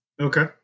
Okay